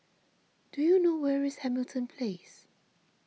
do you know where is Hamilton Place